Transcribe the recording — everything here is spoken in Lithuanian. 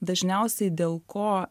dažniausiai dėl ko